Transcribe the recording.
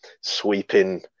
sweeping